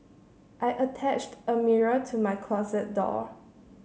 I attached a mirror to my closet door